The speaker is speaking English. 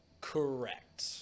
Correct